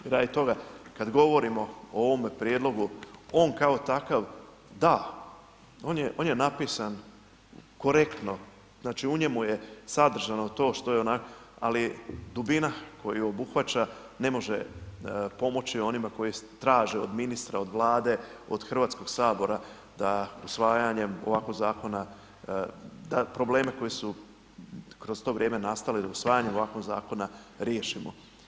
Radi toga kad govorimo o ovome prijedlogu on kao takav da, on je napisan korektno, znači u njemu je sadržano to što je onak, ali dubina koju obuhvaća ne može pomoći onima koji traže od ministra, od Vlade, od Hrvatskog sabora da usvajanjem ovakvog zakona da probleme koji su kroz to vrijeme nastali, da usvajanjem ovakvog zakona riješimo.